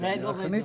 אני רק עניתי.